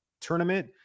tournament